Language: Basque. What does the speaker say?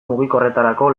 mugikorretarako